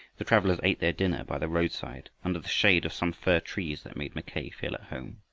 the travelers ate their dinner by the roadside under the shade of some fir trees that made mackay feel at home.